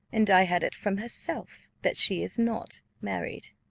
and i had it from herself that she is not married.